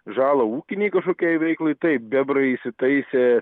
žalą ūkinei kažkokiai veiklai taip bebrai įsitaisė